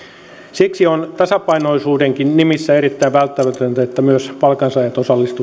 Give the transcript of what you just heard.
siksi on tasapainoisuudenkin nimissä erittäin välttämätöntä että myös palkansaajat osallistuvat yhteisen tavoitteen saavuttamiseen